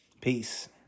Peace